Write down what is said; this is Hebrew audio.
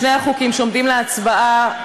שני החוקים שעומדים להצבעה,